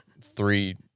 three